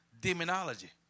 demonology